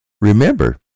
Remember